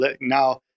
now